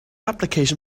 application